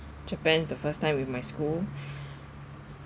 japan the first time with my school